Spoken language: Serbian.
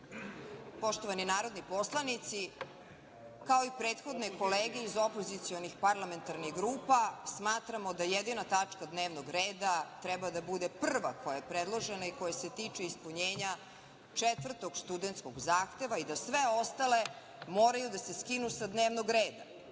poštovani narodni poslanici, kao i prethodne kolege iz opozicionih parlamentarnih grupa smatramo da jedina tačka dnevnog reda treba da bude prva koja je predložena i koja se tiče ispunjenja četvrtog studenskog zahteva i da sve ostale moraju da se skinu sa dnevnog reda. Vi,